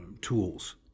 tools